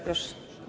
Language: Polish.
Proszę.